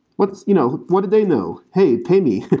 what you know what do they know, hey, pay me.